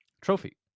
trophy